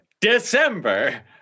December